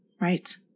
Right